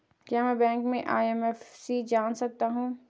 क्या मैं बैंक का आई.एफ.एम.सी जान सकता हूँ?